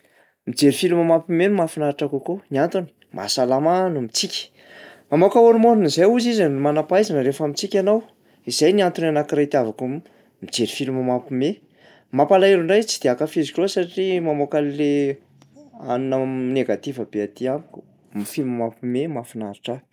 Mijery film mampihomehy no mahafinaritra ahy kokoa. Ny antony, mahasalama no mitsiky, mamoaka hormone zay hozy izy ny manam-pahaizana rehefa mitsiky ianao, izay ny antony anankiray itiavako mijery film mampihomehy. Mampalahelo ndray izy tsy de ankafiziko loatra satria mamoaka an'le anina m- négatif be aty amiko, ny filma mampihomehy mahafinaritra ahy.